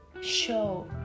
show